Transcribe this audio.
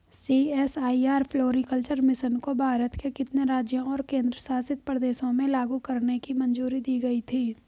CSIR floriculture mission को भारत के कितने राज्यों और केंद्र शासित प्रदेशों में लागू करने की मंजूरी दी गई थी?